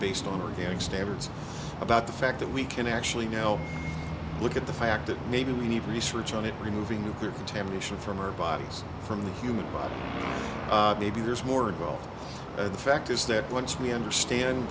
based on organic standards about the fact that we can actually now look at the fact that maybe we need research on it removing nuclear contamination from our bodies from the human body maybe there's more involved and the fact is that once we understand